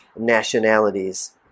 nationalities